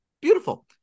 beautiful